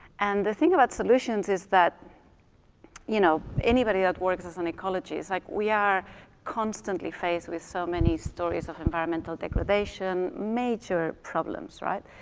and the thing about solutions is that you know anybody that works as an ecologist, like we are constantly faced with so many stories of environmental degradation and major problems, right?